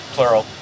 Plural